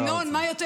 ינון, מה יותר,